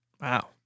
Wow